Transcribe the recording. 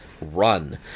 run